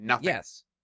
yes